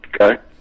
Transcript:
okay